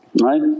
right